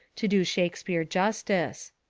to do shakespeare justice.